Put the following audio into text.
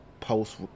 post